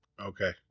Okay